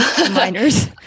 minors